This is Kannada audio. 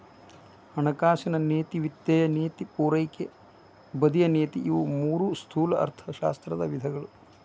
ಹಣಕಾಸಿನ ನೇತಿ ವಿತ್ತೇಯ ನೇತಿ ಪೂರೈಕೆ ಬದಿಯ ನೇತಿ ಇವು ಮೂರೂ ಸ್ಥೂಲ ಅರ್ಥಶಾಸ್ತ್ರದ ವಿಧಗಳು